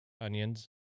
onions